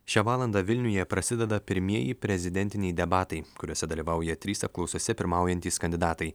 šią valandą vilniuje prasideda pirmieji prezidentiniai debatai kuriuose dalyvauja trys apklausose pirmaujantys kandidatai